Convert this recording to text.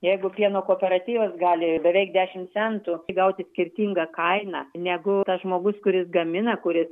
jeigu pieno kooperatyvas gali beveik dešimt centų įgauti skirtingą kainą negu tas žmogus kuris gamina kuris